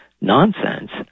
nonsense